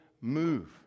move